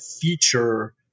feature